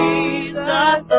Jesus